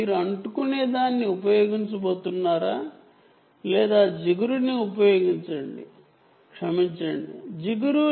మీరు అఢేసివ్ ని ఉపయోగించబోతున్నారా లేదా ఎపోక్సీ ని ఉపయోగించబోతున్నారా